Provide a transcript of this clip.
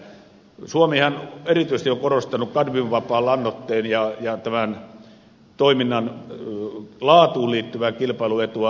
suomihan erityisesti on korostanut kadmiumvapaan lannoitteen ja tämän toiminnan laatuun liittyvää kilpailuetua